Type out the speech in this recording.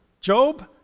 Job